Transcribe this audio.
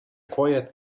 quiet